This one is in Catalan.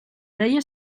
deia